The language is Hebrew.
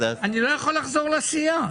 אני לא יכול לחזור לסיעה.